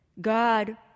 God